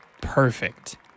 perfect